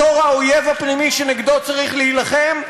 בתור האויב הפנימי שנגדו צריך להילחם,